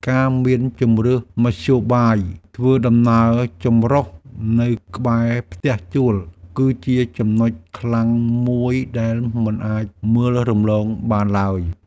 ការមានជម្រើសមធ្យោបាយធ្វើដំណើរចម្រុះនៅក្បែរផ្ទះជួលគឺជាចំណុចខ្លាំងមួយដែលមិនអាចមើលរំលងបានឡើយ។